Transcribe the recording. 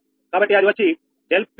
కాబట్టి అది వచ్చి ∆𝑃2 ∆𝑃3